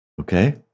Okay